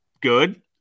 good